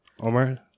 Omar